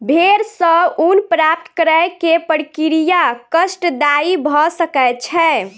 भेड़ सॅ ऊन प्राप्त करै के प्रक्रिया कष्टदायी भ सकै छै